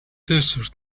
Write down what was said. desert